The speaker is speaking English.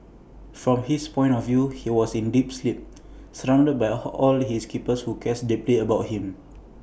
from his point of view he was in deep sleep surrounded by all his keepers who care deeply about him